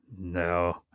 No